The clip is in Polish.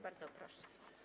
Bardzo proszę.